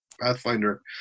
pathfinder